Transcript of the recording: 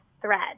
thread